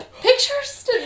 pictures